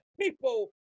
people